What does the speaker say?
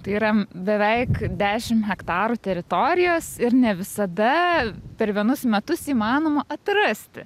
tai yra beveik dešim hektarų teritorijos ir ne visada per vienus metus įmanoma atrasti